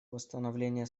восстановления